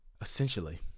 essentially